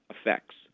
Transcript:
effects